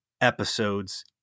episodes